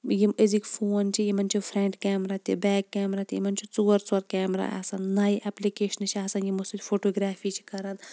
یِم أزِکۍ فون چھِ یِمَن چھِ فرٛنٛٹ کیمرا تہِ بیک کیمرا تہٕ یِمَن چھِ ژور ژور کیمرا آسان نَیہِ ایٚپلِکیشنہٕ چھِ آسان یِمو سۭتۍ فوٹوٗ گرٛافی چھِ کَران